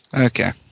Okay